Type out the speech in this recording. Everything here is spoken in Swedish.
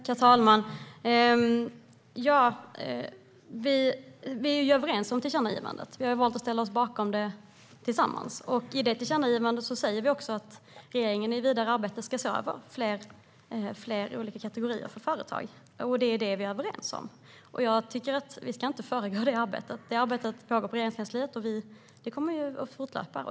Herr talman! Vi är överens om tillkännagivandet. Vi har valt att tillsammans ställa oss bakom det. I det tillkännagivandet säger vi att regeringen i det vidare arbetet ska se över fler kategorier för företag. Det är vi överens om. Jag tycker inte att vi ska föregå det arbetet. Det arbetet pågår i Regeringskansliet. Det kommer att fortlöpa.